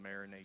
marinate